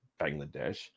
Bangladesh